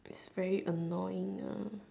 is very annoying uh